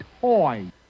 Toy